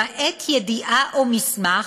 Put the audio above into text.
למעט ידיעה או מסמך